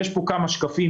יש פה כמה שקפים.